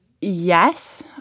yes